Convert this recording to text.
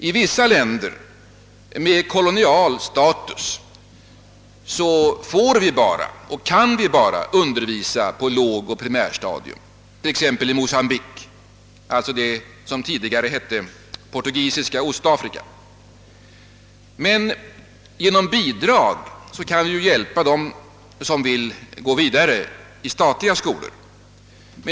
I vissa länder med kolonial status får vi bara undervisa på lågoch primärstadiet — exempelvis i Mocambique, dvs. i tidigare Portugisiska Östafrika, men genom bidrag kan vi hjälpa dem som vill gå vidare i statliga skolor.